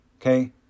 okay